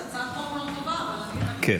זאת הצעת חוק מאוד טובה, כן.